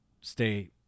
stay